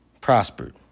prospered